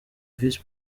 visi